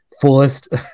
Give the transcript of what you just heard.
fullest